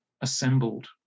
assembled